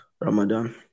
Ramadan